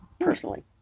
personally